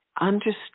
understand